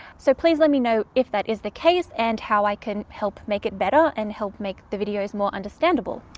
so please lemme know if that is the case and how i can help make it better and help make the videos more understandable.